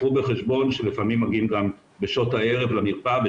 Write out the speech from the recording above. קחו בחשבון שלפעמים מגיעים גם בשעות הערב למרפאה,